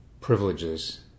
privileges